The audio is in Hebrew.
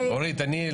מעניין.